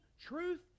truth